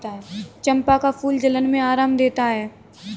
चंपा का फूल जलन में आराम देता है